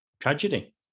Tragedy